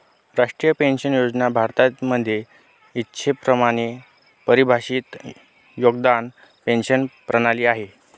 राष्ट्रीय पेन्शन योजना भारतामध्ये इच्छेप्रमाणे परिभाषित योगदान पेंशन प्रणाली आहे